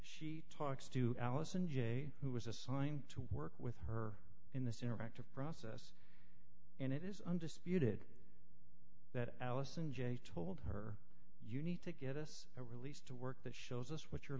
she talks to allison j who was assigned to work with her in this interactive process and it is undisputed that allison j told her you need to give us a release to work that shows us what your